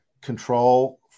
control